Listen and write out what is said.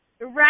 right